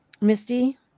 misty